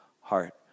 heart